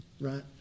right